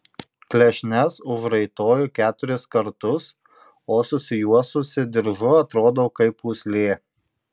klešnes užraitoju keturis kartus o susijuosusi diržu atrodau kaip pūslė